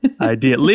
idea